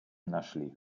нашли